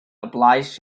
obliged